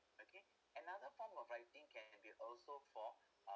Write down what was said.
okay another form of writing can be also for uh